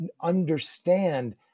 understand